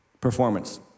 Performance